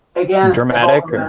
again dramatic